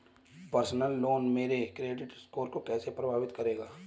Personal loan मेरे credit score को कैसे प्रभावित करेगा?